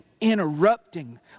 interrupting